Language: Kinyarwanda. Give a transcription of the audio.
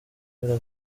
mpera